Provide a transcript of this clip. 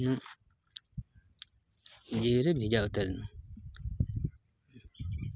ᱡᱤᱣᱤᱨᱮ ᱵᱷᱤᱡᱟᱹᱣ ᱩᱛᱟᱹᱨᱮᱱᱟ